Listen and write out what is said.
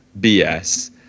bs